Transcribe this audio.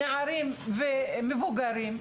נערים ומבוגרים,